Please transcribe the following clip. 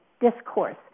discourse